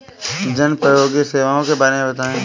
जनोपयोगी सेवाओं के बारे में बताएँ?